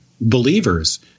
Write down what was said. believers